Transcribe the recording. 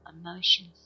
emotions